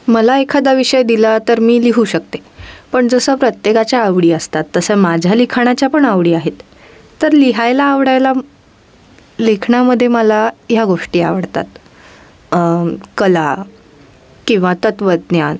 मला एखादा विषय दिला तर मी लिहू शकते पण जसं प्रत्येकाच्या आवडी असतात तसं माझ्या लिखाणाच्या पण आवडी आहेत तर लिहायला आवडायला लेखनामध्ये मला ह्या गोष्टी आवडतात कला किंवा तत्त्वज्ञान